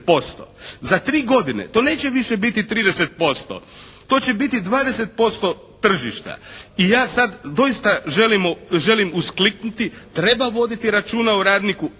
Za tri godine to neće više biti 30%. To će biti 20% tržišta. I ja sada doista želim uskliknuti. Treba voditi računa o radniku, apsolutno